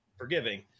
forgiving